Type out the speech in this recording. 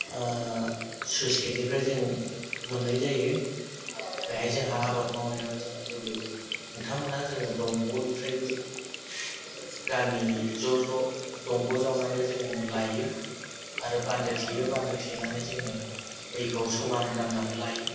सुइस गेटनिफ्राय जों मोननाय जायो बेवहाय जोंहा आबाद मावनायाव जों जेबो हेंथा मोना जोङो दंग'निफ्रायबो गामि ज' ज' दंग' जावनानै जोङो लायो आरो बान्दो थेयो बान्दो थेनानै जोङो दैखौ समान राननानै लायो